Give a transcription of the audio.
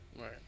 Right